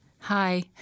hi